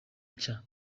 nshya